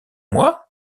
moi